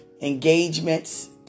Engagements